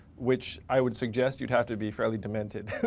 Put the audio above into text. which i would suggest you'd have to be fairly demented